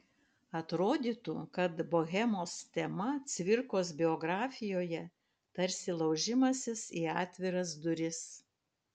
atrodytų kad bohemos tema cvirkos biografijoje tarsi laužimasis į atviras duris